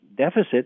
deficit